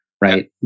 right